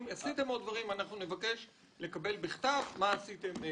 אם עשיתם עוד דברים, נבקש לקבל בכתב מה עשיתם.